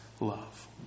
love